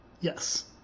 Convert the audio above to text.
Yes